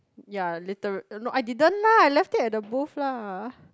ya literal no I didn't lah I left it at the booth lah